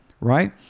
right